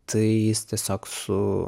tai jis tiesiog su